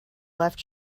left